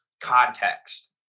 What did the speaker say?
context